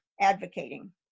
advocating